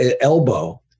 elbow